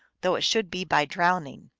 though it should be by drowning.